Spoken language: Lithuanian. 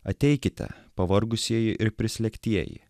ateikite pavargusieji ir prislėgtieji